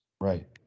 Right